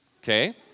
Okay